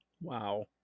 Wow